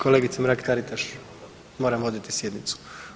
Kolegice Mrak Taritaš, moram voditi sjednicu.